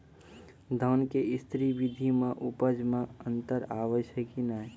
धान के स्री विधि मे उपज मे अन्तर आबै छै कि नैय?